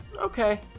Okay